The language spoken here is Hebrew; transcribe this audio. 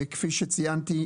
כפי שציינתי,